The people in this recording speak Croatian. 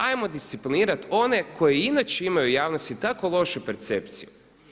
Ajmo disciplinirati one koji i inače imaju u javnosti tako lošu percepciju.